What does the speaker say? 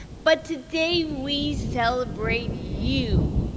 but today, we celebrate you.